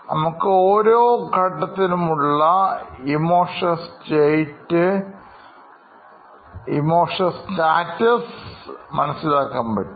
നമുക്ക് ഓരോ ഘട്ടത്തിലും ഉള്ള വൈകാരികാവസ്ഥമനസ്സിലാക്കാൻ പറ്റും